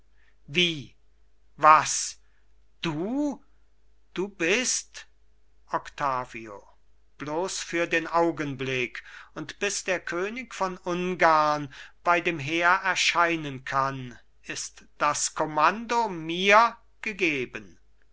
wie was du du bist octavio bloß für den augenblick und bis der könig von ungarn bei dem heer erscheinen kann ist das kommando mir gegeben